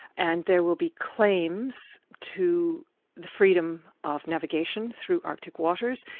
and there will be claims to the freedom of navigation through arctic waters,